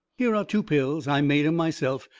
here are two pills. i made em myself.